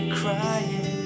crying